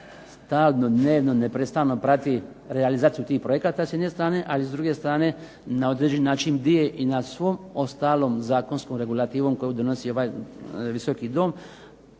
stalno, dnevno, neprestano prati realizaciju tih projekata s jedne strane, a s druge strane na jedan način bdije i nad svom ostalom zakonskom regulativom koju donosi ovaj visoki dom,